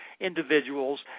individuals